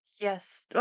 Yes